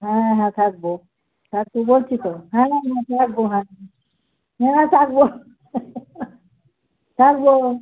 হ্যাঁ হ্যাঁ থাকবো থাকছি বলছি তো হ্যাঁ হ্যাঁ থাকবো হ্যাঁ হ্যাঁ থাকবো থাকবো